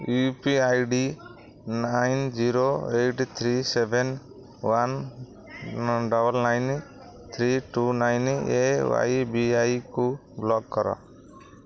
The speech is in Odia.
you P I D nine zero eight three seven one double nine three two nine ଏଆଇବିଆଇକୁ ବ୍ଲକ୍ କର